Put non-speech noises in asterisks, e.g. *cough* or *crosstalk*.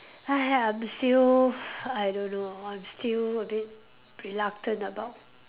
*breath* I'm still I don't know I'm still a bit reluctant about